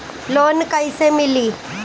Loan कइसे मिली?